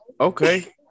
Okay